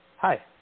Hi